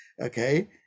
Okay